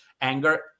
anger